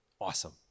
Awesome